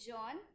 John